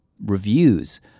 reviews